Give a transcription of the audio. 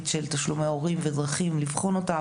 של תשלומי הורים ודרכים לבחון אותה.